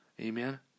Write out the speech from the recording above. Amen